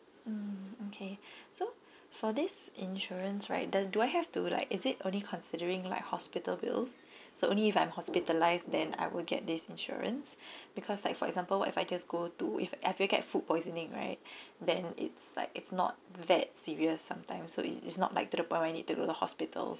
mm okay so for this insurance right does do I have to like is it only considering like hospital bills so only if I'm hospitalised then I will get this insurance because like for example what if I just go to if I ever get food poisoning right then it's like it's not that serious sometimes so it is not like to the point when I need to go hospital